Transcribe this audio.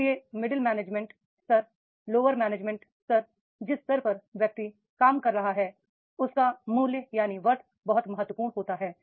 इसलिए middle management स्तर lower management स्तर जिस स्तर पर व्यक्ति काम कर रहा है उसका मूल्य बहुत महत्वपूर्ण हो जाता है